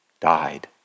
died